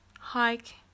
hike